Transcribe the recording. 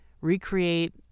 recreate